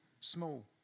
small